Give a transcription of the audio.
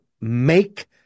make